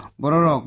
borok